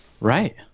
Right